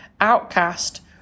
outcast